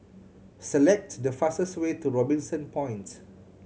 select the fastest way to Robinson Point